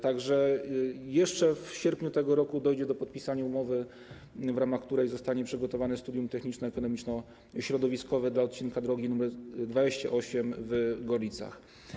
Tak że jeszcze w sierpniu tego roku dojdzie do podpisania umowy, w ramach której zostanie przygotowane studium techniczno-ekonomiczno-środowiskowe dla odcinka drogi nr 28 w Gorlicach.